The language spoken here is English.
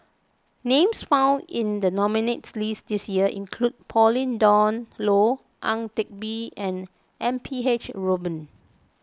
names found in the nominees' list this year include Pauline Dawn Loh Ang Teck Bee and M P H Rubin